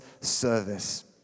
service